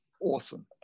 awesome